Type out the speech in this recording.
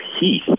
Heath